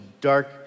dark